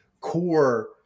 core